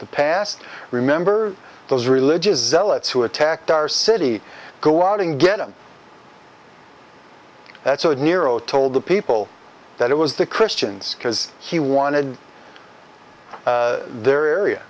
the past remember those religious zealots who attacked our city go out and get him that's what nero told the people that it was the christians because he wanted their area